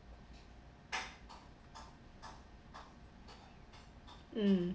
mm